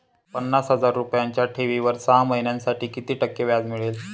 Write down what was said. पन्नास हजार रुपयांच्या ठेवीवर सहा महिन्यांसाठी किती टक्के व्याज मिळेल?